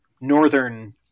northern